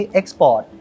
export